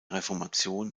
reformation